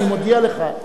אני מודיע לך,